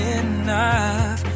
enough